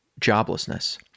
joblessness